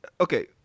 okay